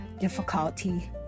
difficulty